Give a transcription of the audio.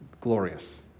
glorious